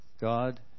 God